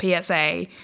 PSA